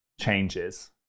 changes